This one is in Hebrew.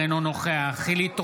בעד חילי טרופר,